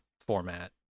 format